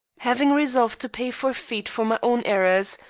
having resolved to pay forfeit for my own errors,